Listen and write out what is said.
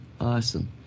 awesome